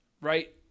right